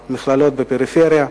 במכללות בפריפריה.